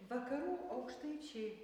vakarų aukštaičiai